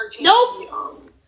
Nope